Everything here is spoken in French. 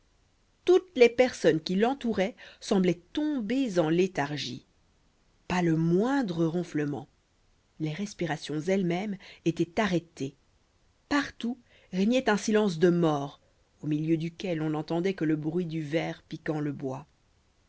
toutes les personnes qui l'entouraient semblaient tombées en léthargie pas le moindre ronflement les respirations elles-mêmes étaient arrêtées partout régnait un silence de mort au milieu duquel on n'entendait que le bruit du ver piquant le bois